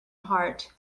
heart